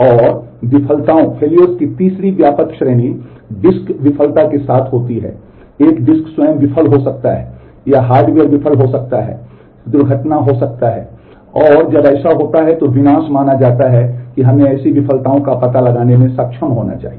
और विफलताओं की तीसरी व्यापक श्रेणी डिस्क विफलता के साथ होती है एक डिस्क स्वयं विफल हो सकती है यह हार्डवेयर विफल हो सकता है सिर दुर्घटनाग्रस्त हो सकता है और जब ऐसा होता है तो विनाश माना जाता है कि हमें ऐसी विफलताओं का पता लगाने में सक्षम होना चाहिए